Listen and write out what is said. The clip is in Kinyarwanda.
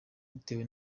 bitewe